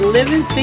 Living